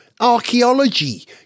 archaeology